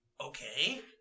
okay